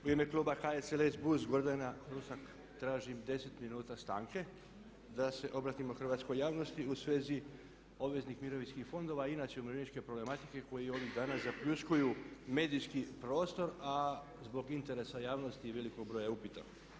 U ime kluba HSLS-BUZ Gordana Rusak tražim 10 minuta stanke da se obratimo hrvatskoj javnosti u svezi obveznih mirovinskih fondova i inače umirovljeničke problematike koji ovih dana zapljuskuju medijski prostor, a zbog interesa javnosti i velikog broja upita.